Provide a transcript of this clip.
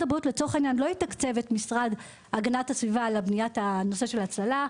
הבריאות לצורך העניין לא יתקצב את משרד להגנת הסביבה על נושא ההצללה,